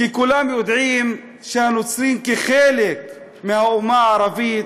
כי כולם יודעים שהנוצרים כחלק מהאומה הערבית